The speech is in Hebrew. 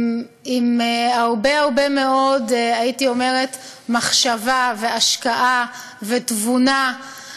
עם הרבה הרבה מאוד מחשבה והשקעה ותבונה.